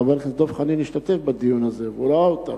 חבר הכנסת דב חנין השתתף בדיון הזה והוא ראה אותם,